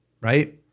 right